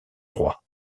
droit